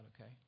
okay